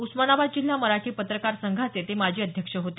उस्मानाबाद जिल्हा मराठी पत्रकार संघाचे ते माजी अध्यक्ष होते